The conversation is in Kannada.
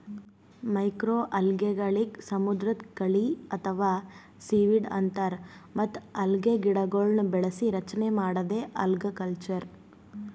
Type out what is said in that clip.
ಮೈಕ್ರೋಅಲ್ಗೆಗಳಿಗ್ ಸಮುದ್ರದ್ ಕಳಿ ಅಥವಾ ಸೀವೀಡ್ ಅಂತಾರ್ ಮತ್ತ್ ಅಲ್ಗೆಗಿಡಗೊಳ್ನ್ ಬೆಳಸಿ ರಚನೆ ಮಾಡದೇ ಅಲ್ಗಕಲ್ಚರ್